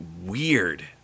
weird